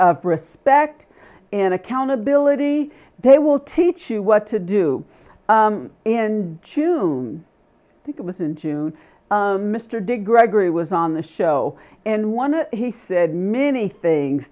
of respect and accountability they will teach you what to do in june i think it was in june mr dick gregory was on the show and one and he said many things